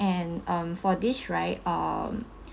and um for this right um